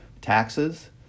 taxes